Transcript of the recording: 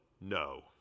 No